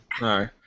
No